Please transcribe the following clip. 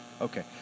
Okay